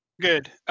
good